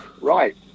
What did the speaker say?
right